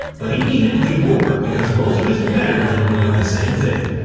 but he needed to do more because most of his competitors were doing the same thing.